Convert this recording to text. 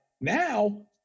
Now